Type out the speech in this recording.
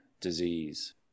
disease